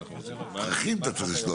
כי בותמ"ל יש להם את